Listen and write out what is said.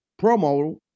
promo